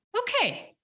Okay